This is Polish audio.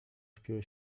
wpiły